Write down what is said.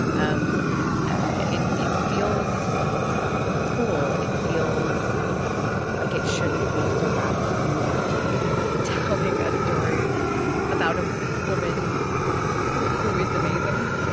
um ah it it feels cool. it feels like it shouldn't be so radical anymore to be telling a story about a woman who is amazing.